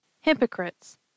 hypocrites